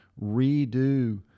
redo